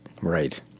Right